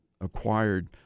acquired